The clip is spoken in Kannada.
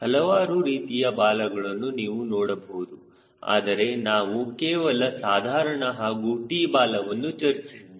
ಹಲವಾರು ರೀತಿಯ ಬಾಲಗಳನ್ನು ನೀವು ನೋಡಬಹುದು ಆದರೆ ನಾವು ಕೇವಲ ಸಾಧಾರಣ ಹಾಗೂ T ಬಾಲವನ್ನು ಚರ್ಚಿಸಿದ್ದೇವೆ